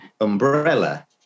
umbrella